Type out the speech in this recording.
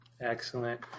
Excellent